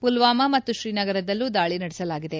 ಪುಲ್ವಾಮಾ ಮತ್ತು ಶ್ರೀನಗರದಲ್ಲೂ ದಾಳಿ ನಡೆಸಲಾಗಿದೆ